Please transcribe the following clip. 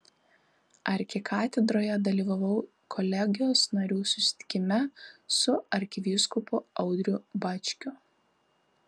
arkikatedroje dalyvavau kolegijos narių susitikime su arkivyskupu audriu bačkiu